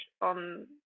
on